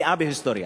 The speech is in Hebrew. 100 בהיסטוריה.